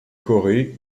corée